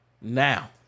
Now